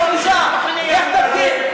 לך לשם.